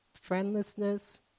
friendlessness